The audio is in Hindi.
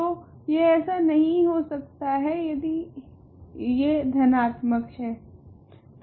तो यह ऐसा नहीं हो सकता है यदि याद धनात्मक है